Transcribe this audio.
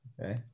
okay